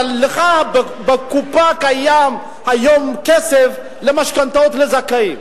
אבל לך בקופה קיים היום כסף למשכנתאות לזכאים.